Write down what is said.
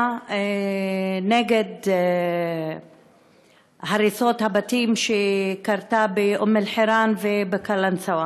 נגד הריסת הבתים באום-אלחיראן ובקלנסואה,